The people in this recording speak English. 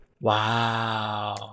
Wow